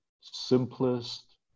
simplest